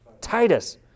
Titus